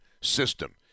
system